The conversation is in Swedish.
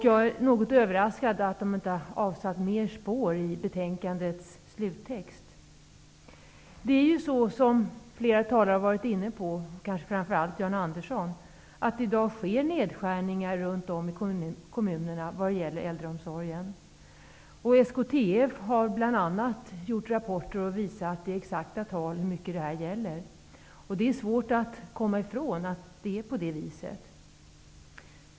Jag är något överraskad över att de inte avsatt mer spår i betänkandets sluttext. Som flera talare varit inne på, framför allt Jan Andersson, sker i dag nedskärningar i kommunerna vad gäller äldreomsorgen. Bl.a. SKTF har gjort rapporter och visat i exakta tal hur mycket det här gäller. Det är svårt att komma ifrån detta.